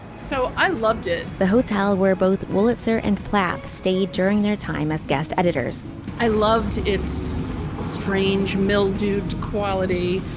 so i loved it. the hotel where both wolitzer and clark stayed during their time as guest editors i loved it's strange mildewed quality.